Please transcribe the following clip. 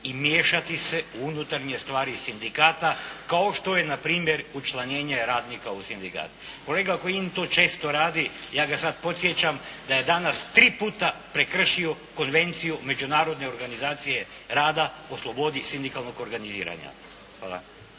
i miješati se u unutarnje stvari sindikata kao što je npr. učlanjenje radnika u sindikat. Kolega Kajin to često radi, ja ga sada podsjećam da je danas tri puta prekršio Konvenciju međunarodne organizacije rada o slobodi sindikalnog organiziranja.